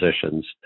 positions